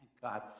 God